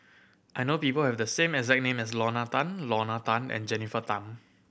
I know people who have the same as name as Lorna Tan Lorna Tan and Jennifer Tham